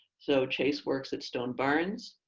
so chase works at stone barns,